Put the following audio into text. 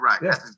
right